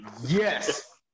Yes